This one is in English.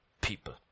people